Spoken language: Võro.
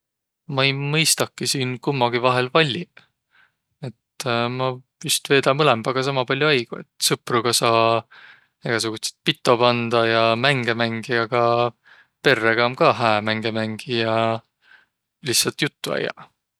Ma ei mõistaki siin kummagi vahel valliq. Et ma vist veeda mõlõmbaga sama pall'o aigo. Et sõpruga saa egäsugutsit pito pandaq ja mänge mängiq, aga perrega om ka hää mänge mängiq ja lihtsält juttu ajjaq.